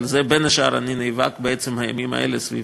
על זה, בין השאר, אני נאבק בעצם הימים האלה, סביב